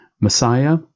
Messiah